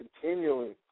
continually